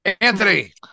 Anthony